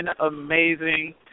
amazing